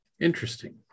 Interesting